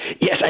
Yes